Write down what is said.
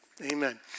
Amen